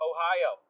Ohio